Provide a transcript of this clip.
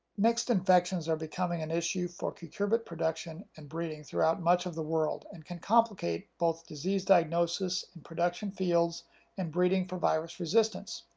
mixed infections are becoming an issue for cucurbit production and breeding throughout much of the world and can complicate both disease diagnosis in production fields and breeding for virus resistance.